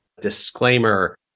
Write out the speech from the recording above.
disclaimer